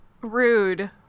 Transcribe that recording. Rude